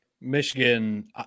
Michigan